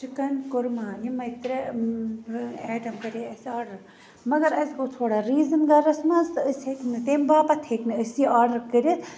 chicken korma یِمے ترےٚ item کَرے اَسہِ آڈَر مگر اَسہِ گوٚو تھوڑا ریٖزَن گَرَس مَنٛز تہٕ أسۍ ہیٚکۍ نہٕ تَمہِ باپَت ہیٚکۍ نہٕ أسۍ یہِ آڈَر کٔرِتھ